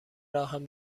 راهم